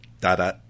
da-da